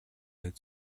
гээд